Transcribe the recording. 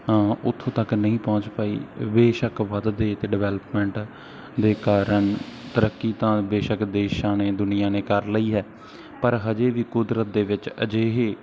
ਤਾਂ ਉੱਥੋਂ ਤੱਕ ਨਹੀਂ ਪਹੁੰਚ ਪਾਈ ਬੇਸ਼ੱਕ ਵੱਧਦੇ ਅਤੇ ਡਿਵੈਲਪਮੈਂਟ ਦੇ ਕਾਰਣ ਤਰੱਕੀ ਤਾਂ ਬੇਸ਼ਕ ਦੇਸ਼ਾਂ ਨੇ ਦੁਨੀਆਂ ਨੇ ਕਰ ਲਈ ਹੈ ਪਰ ਹਜੇ ਵੀ ਕੁਦਰਤ ਦੇ ਵਿੱਚ ਅਜਿਹੇ